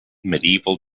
medieval